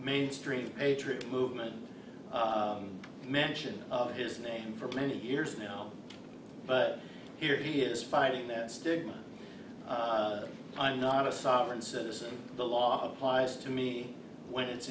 mainstream the patriot movement and mention of his name for many years now here he is fighting that stigma i'm not a sovereign citizen the law applies to me when it's